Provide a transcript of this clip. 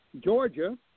Georgia